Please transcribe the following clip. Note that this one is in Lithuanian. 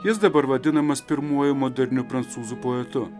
jis dabar vadinamas pirmuoju moderniu prancūzų poetu